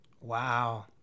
Wow